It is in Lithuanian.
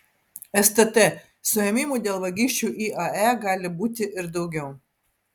stt suėmimų dėl vagysčių iae gali būti ir daugiau